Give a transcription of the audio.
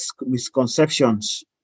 misconceptions